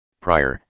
prior